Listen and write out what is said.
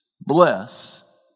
Bless